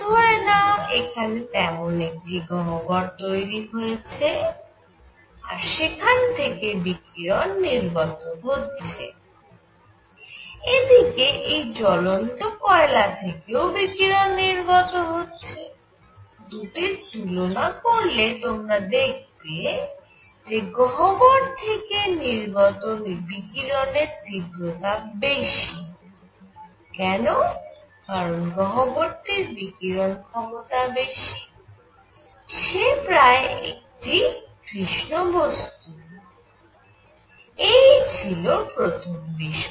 ধরে নাও এখানে তেমন একটি গহ্বর তৈরি হয়েছে আর সেখান থেকে বিকিরণ নির্গত হচ্ছে এদিকে এই জ্বলন্ত কয়লা থেকেও বিকিরণ নির্গত হচ্ছে দুটির তুলনা করলে আমরা দেখব যে গহ্বর থেকে নির্গত বিকিরণের তীব্রতা বেশি কেন কারণ গহ্বরটির বিকিরণ ক্ষমতা বেশি সে প্রায় একটি কৃষ্ণ বস্তু এই ছিল প্রথম বিষয়